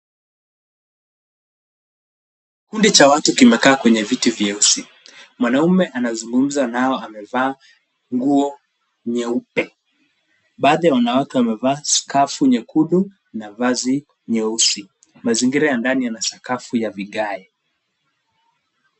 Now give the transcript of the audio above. Kundi cha watu kimekaa kwenye viti vyeusi. Mwanamume anazungumza nao amevaa nguo nyeupe. Baadhi ya wanawake wamevaa skafu nyekundu na vazi nyeusi. Mazingira ya ndani yana sakafu ya vigae.